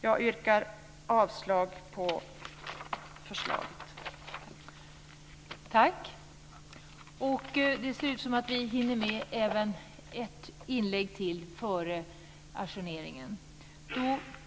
Jag yrkar avslag på förslaget.